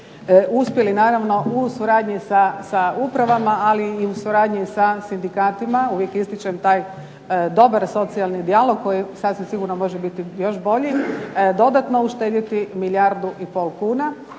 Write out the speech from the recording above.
uspjeli u suradnji sa upravama ali i u suradnji sa sindikatima. Uvijek ističem taj dobar socijalni dijalog koji sasvim sigurno može biti još bolji dodatno uštedjeti milijardu i pol kuna